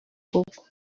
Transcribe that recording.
koko